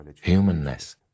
humanness